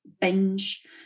binge